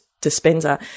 Dispenser